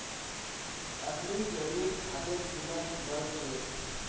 असली जैविक खादेर कीमत बढ़ छेक